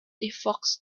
evokes